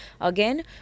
Again